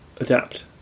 adapt